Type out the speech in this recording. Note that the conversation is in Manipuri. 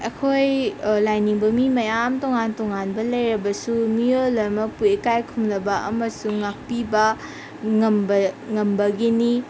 ꯑꯩꯈꯣꯏ ꯂꯥꯏꯅꯤꯡꯕ ꯃꯤ ꯃꯌꯥꯝ ꯇꯣꯡꯉꯥꯟ ꯇꯣꯡꯉꯥꯟꯕ ꯂꯩꯔꯕꯁꯨ ꯃꯤꯑꯣꯏ ꯂꯣꯏꯃꯛꯄꯨ ꯏꯀꯥꯏ ꯈꯨꯝꯅꯕ ꯑꯃꯁꯨꯡ ꯉꯥꯛꯄꯤꯕ ꯉꯝꯕ ꯉꯝꯕꯒꯤꯅꯤ